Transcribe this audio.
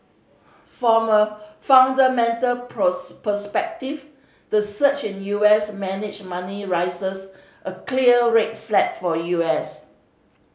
from a fundamental perspective the surge in U S managed money raises a clear red flag for U S